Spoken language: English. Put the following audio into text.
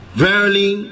verily